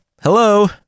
hello